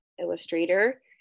illustrator